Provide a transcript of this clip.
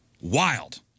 wild